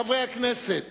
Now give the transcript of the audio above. חבר הכנסת